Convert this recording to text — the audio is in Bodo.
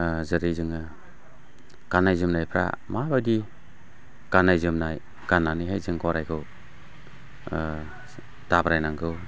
जेरै जोङो गाननाय जोमनायफ्रा माबायदि गाननाय जोमनाय गाननानैहाय जों गराइखौ दाब्रायनांगौ